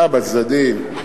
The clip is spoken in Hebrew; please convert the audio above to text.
אה, בצדדים.